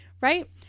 right